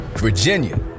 Virginia